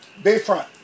Bayfront